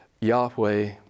Yahweh